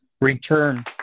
Return